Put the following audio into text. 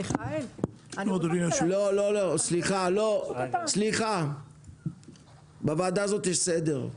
מיכאל -- לא, סליחה, בוועדה הזאת יש סדר.